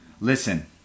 Listen